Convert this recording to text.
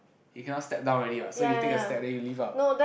he cannot step down already ah so you take a step then you leave lah